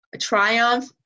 triumph